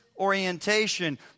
Orientation